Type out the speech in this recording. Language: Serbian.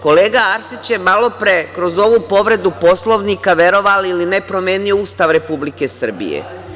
Kolega Arsić je malopre kroz ovu povredu Poslovnika, verovali ili ne, promenio Ustav Republike Srbije.